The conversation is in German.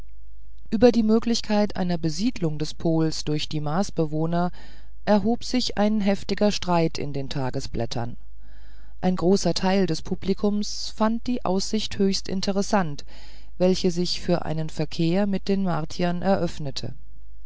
über die möglichkeit einer besiedelung des pols durch die marsbewohner erhob sich ein heftiger streit in den tagesblättern ein großer teil des publikums fand die aussicht höchst interessant welche sich für einen verkehr mit den martiern eröffnete